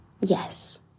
yes